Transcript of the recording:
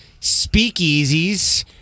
speakeasies